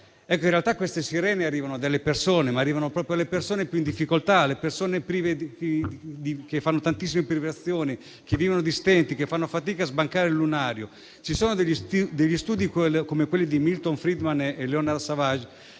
In realtà, queste sirene arrivano proprio alle persone più in difficoltà, a persone che vivono tantissime privazioni, che vivono di stenti, che fanno fatica a sbancare il lunario. Vi sono degli studi, come quelli di Milton Friedman e Leonard Savage,